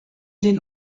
den